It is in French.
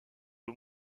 aux